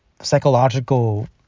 psychological